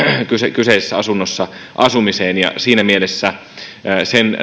kyseisessä asunnossa asumiseen siinä mielessä sen